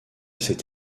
cette